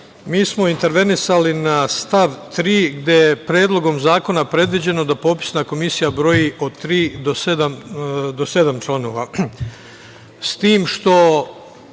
mi smo intervenisali na stav 3, gde je Predlogom zakona predviđeno da popisna komisija broji od tri do sedam članova,